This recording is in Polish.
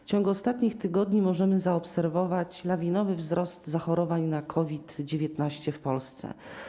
W ciągu ostatnich tygodni możemy zaobserwować lawinowy wzrost zachorowań na COVID-19 w Polsce.